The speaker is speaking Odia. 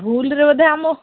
ଭୁଲରେ ବୋଧେ ଆମ